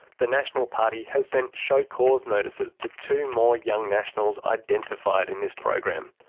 the national party has sent show-cause notices to two more young nationals identified in this program.